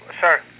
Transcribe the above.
Sir